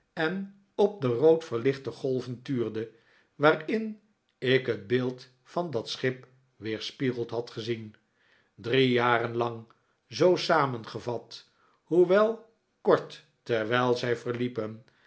en op de rood verlichte golven tuurde waarin ik het beeld van dat schip weerspiegeld had gezien drie jaren lang zoo samen gevat hoewel kort terwijl zij verliepen